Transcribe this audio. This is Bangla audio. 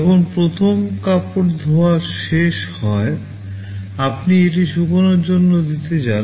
যখন প্রথম কাপড় ধোয়া শেষ হয় আপনি এটি শুকানোর জন্য দিতে চান